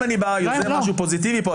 אם אני בא עם משהו פוזיטיבי פה,